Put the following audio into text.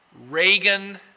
Reagan